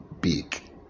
big